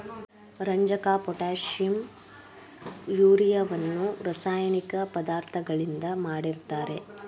ರಂಜಕ, ಪೊಟ್ಯಾಷಿಂ, ಯೂರಿಯವನ್ನು ರಾಸಾಯನಿಕ ಪದಾರ್ಥಗಳಿಂದ ಮಾಡಿರ್ತರೆ